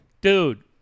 Dude